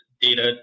data